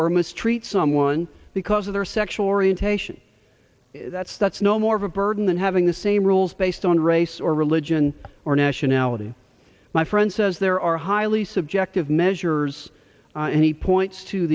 or mistreat someone because of their sexual orientation that's that's no more of a burden than having the same rules based on race or religion or nationality my friend says there are highly subjective measures and he points to